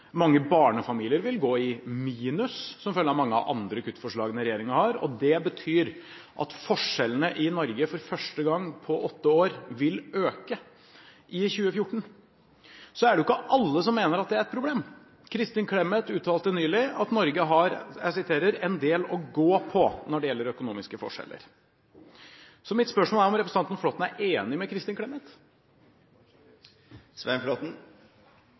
Mange barnefamilier vil gå i minus som følge av mange andre kuttforslag denne regjeringen har. Det betyr at forskjellene i Norge vil øke i 2014 – for første gang på åtte år. Det er ikke alle som mener at dette er et problem. Kristin Clemet uttalte nylig at «Norge har en del å gå på» når det gjelder økonomiske forskjeller. Mitt spørsmål er om representanten Flåtten er enig med Kristin Clemet.